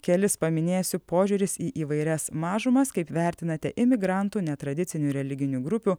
kelis paminėsiu požiūris į įvairias mažumas kaip vertinate emigrantų netradicinių religinių grupių